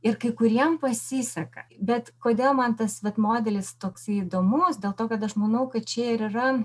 ir kai kuriem pasiseka bet kodėl man tas vat modelis toksai įdomus dėl to kad aš manau kad čia ir yra